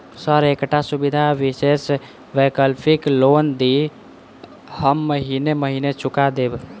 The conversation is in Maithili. सर एकटा सुविधा विशेष वैकल्पिक लोन दिऽ हम महीने महीने चुका देब?